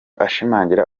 ashimangira